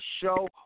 show